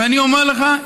ואני אומר לך,